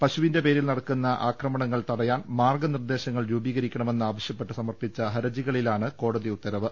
പശുവിന്റെ പേരിൽ നടക്കുന്ന ആക്രമണങ്ങൾ തടയാൻ മാർഗ നിർദേശങ്ങൾ രൂപീകരിക്കണമെന്ന് ആവശ്യപ്പെട്ട് സമർപ്പിച്ച ഹർജികളിലാണ് കോടതി ഉത്തരവ്